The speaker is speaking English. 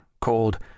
called